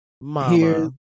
Mama